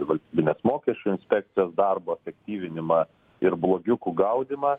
valstybinės mokesčių inspekcijos darbo efektyvinimą ir blogiukų gaudymą